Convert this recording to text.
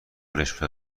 رشوه